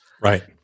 Right